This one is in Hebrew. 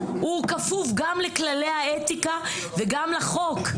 הוא כפוף גם לכללי האתיקה וגם לחוק,